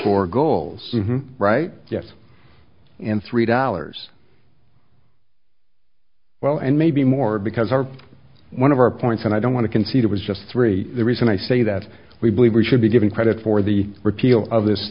four goals right yes and three dollars well and maybe more because our one of our points and i don't want to concede it was just three the reason i say that we believe we should be given credit for the repeal of this